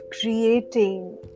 creating